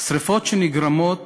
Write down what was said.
שרפות שנגרמות